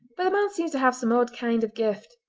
but the man seems to have some odd kind of gift.